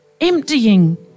emptying